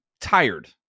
tired